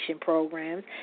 programs